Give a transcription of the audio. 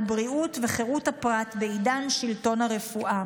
בריאות וחירות הפרט בעידן שלטון הרפואה.